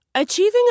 Achieving